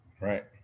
right